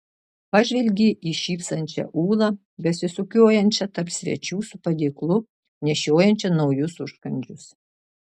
pažvelgė į šypsančią ūlą besisukiojančią tarp svečių su padėklu nešiojančią naujus užkandžius